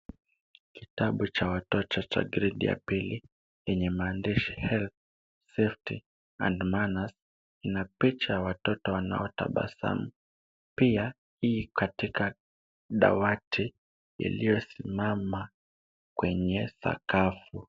Kitabu cha watoto cha gredi ya pili, chenye maandishi Health, Safety and Manners, na picha ya watoto wanaotabasamu. Pia i katika dawati iliyosimama kwenye sakafu.